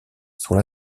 sont